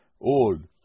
old